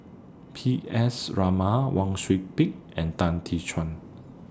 P S Raman Wang Sui Pick and Tan Tee Suan